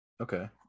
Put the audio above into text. Okay